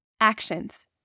Actions